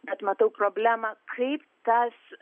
bet matau problemą kaip tas